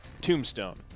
Tombstone